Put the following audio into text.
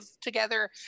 together